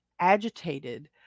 agitated